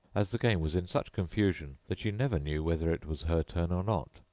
as the game was in such confusion that she never knew whether it was her turn or not.